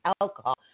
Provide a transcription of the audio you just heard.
alcohol